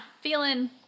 Feeling